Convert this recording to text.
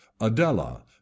Adela